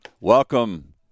Welcome